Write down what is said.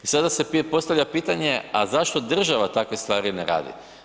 I sada se postavlja pitanje, a zašto država takve stvari ne radi?